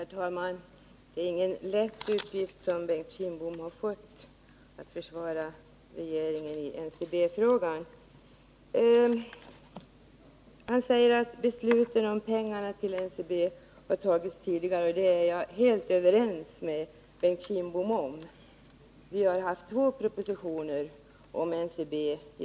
Herr talman! Det är ingen lätt uppgift som Bengt Kindbom har fått att försvara regeringen i NCB-frågan. Han säger att besluten om pengarna till NCB har fattats tidigare, och det är jag överens med Bengt Kindbom om. Vi har haft två propositioner om NCB.